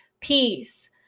peace